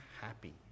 happy